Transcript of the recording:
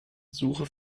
suche